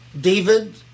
David